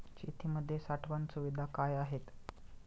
शेतीमध्ये साठवण सुविधा काय आहेत?